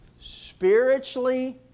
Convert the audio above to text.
Spiritually